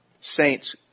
saints